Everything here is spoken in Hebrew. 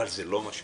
אבל זה לא מה שנאמר.